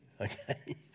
Okay